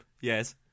Yes